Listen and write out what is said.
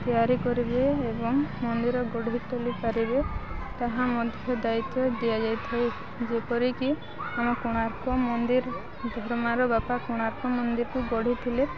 ତିଆରି କରିବେ ଏବଂ ମନ୍ଦିର ଗଢ଼ି ତୋଳି ପାରିବେ ତାହା ମଧ୍ୟ ଦାୟିତ୍ୱ ଦିଆଯାଇ ଥାଏ ଯେପରିକି ଆମ କୋଣାର୍କ ମନ୍ଦିର ଧରମାର ବାପା କୋଣାର୍କ ମନ୍ଦିରକୁ ଗଢ଼ିଥିଲେ